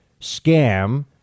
scam